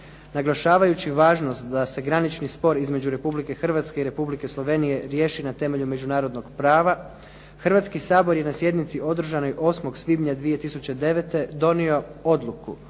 Naglašavajući važnost da se granični spor između Republike Hrvatske i Republike Slovenije riješi na temelju međunarodnog prava, Hrvatski sabor je na sjednici održanoj 8. svibnja 2009. donio odluku